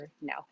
no